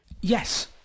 Yes